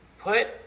put